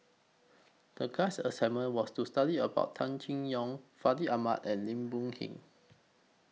The class assignment was to study about Tan Seng Yong Fandi Ahmad and Lim Boon Heng